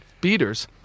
beaters